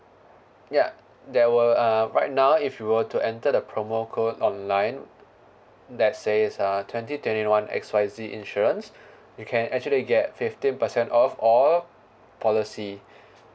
ya there will uh right now if you were to enter the promo code online that says uh twenty twenty one X Y Z insurance you can actually get fifteen percent off all policy